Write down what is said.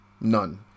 None